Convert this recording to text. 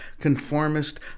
conformist